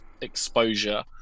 exposure